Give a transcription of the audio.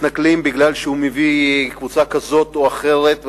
מתנכלים מפני שהוא מביא קבוצה כזאת או אחרת,